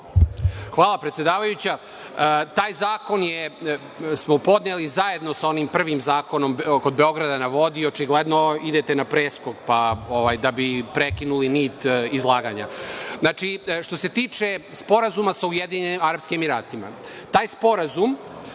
Hvala, predsedavajuća. Taj zakon smo podneli zajedno sa onim prvim zakonom kod „Beograda na vodi“, očigledno idete na preskok, pa da bi prekinuli nit izlaganja. Što se tiče Sporazuma sa Ujedinjenim Arapskim Emiratima, taj sporazum